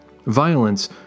Violence